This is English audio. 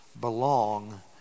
belong